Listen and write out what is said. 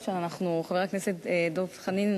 חבר הכנסת דב חנין,